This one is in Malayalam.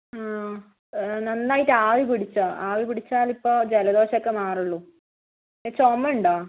ഉം നന്നായിട്ട് ആവി പിടിച്ചോ ആവി പിടിച്ചാൽ ഇപ്പോൾ ജലദോഷം ഒക്കെ മാറുള്ളൂ ചുമ ഉണ്ടോ